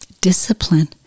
discipline